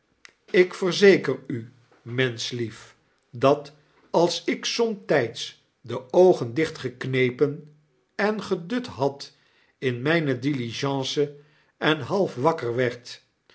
ik verzeker u menschlief dat als ik somtijds de oogen dichtgeknepen en gedut had in mijne diligence en half wakker werd